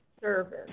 service